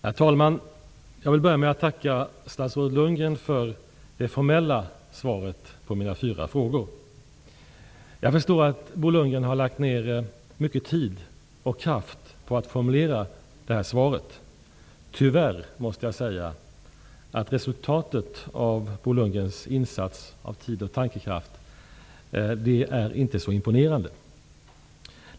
Herr talman! Jag vill börja med att tacka statsrådet Lundgren för det formella svaret på mina fyra frågor. Jag förstår att han lagt ned mycket tid och kraft på att formulera svaret. Tyvärr måste jag säga att resultatet av Bo Lundgrens insats av tid och tankekraft inte är imponerande.